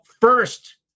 first